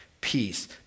peace